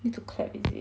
need to clap is it